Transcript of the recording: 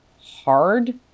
hard